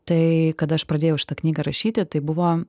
tai kada aš pradėjau šitą knygą rašyti tai buvo